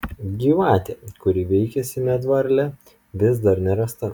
gyvatė kuri vaikėsi medvarlę vis dar nerasta